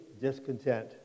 discontent